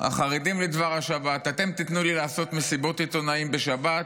החרדים לדבר השבת: אתם תיתנו לי לעשות מסיבות עיתונאים בשבת,